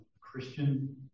Christian